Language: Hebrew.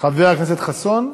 חבר הכנסת חסון,